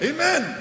Amen